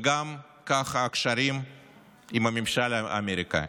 וככה גם הקשרים עם הממשל האמריקאי.